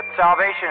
salvation